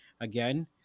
again